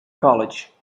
college